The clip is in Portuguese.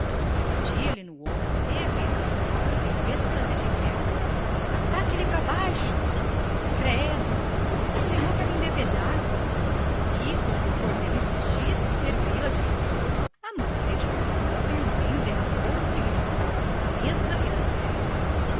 e batia-lhe no ombro revirando os olhos em que o álcool pusera faíscas credo o senhor quer membebedar e como o cordeiro insistisse em servi-la de lisboa amância retirou o copo e o vinho derramou se lhe no prato pela mesa e sobre as pernas